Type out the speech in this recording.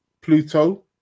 Pluto